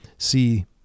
see